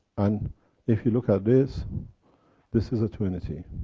and if you look at this this is a twinity,